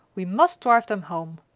we must drive them home.